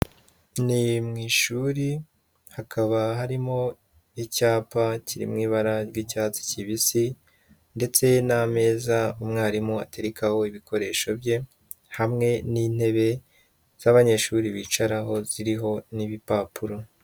Ni mu ishuri, hakaba harimo icyapa kiri mu ibara ry'icyatsi kibisi ndetse n'ameza umwarimu aterekaho ibikoresho bye hamwe n'intebe z'abanyeshuri bicaraho ziriho n'ibipapuro.